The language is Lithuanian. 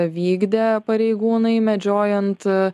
vykdė pareigūnai medžiojant